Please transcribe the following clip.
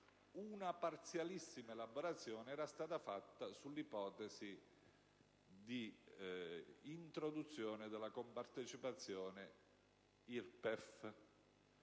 parziale elaborazione era stata fatta sull'ipotesi di introduzione della compartecipazione IRPEF;